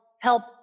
help